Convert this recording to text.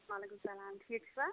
ٹھیٖک چھُکھا